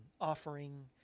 offering